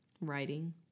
Writing